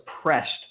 suppressed